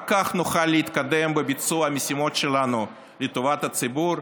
רק כך נוכל להתקדם בביצוע המשימות שלנו לטובת הציבור,